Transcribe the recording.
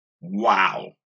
Wow